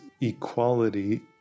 equality